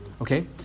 Okay